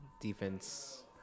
defense